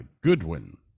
Goodwin